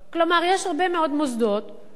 כלומר, יש הרבה מאוד מוסדות שבקלות